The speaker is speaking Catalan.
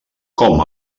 com